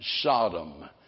Sodom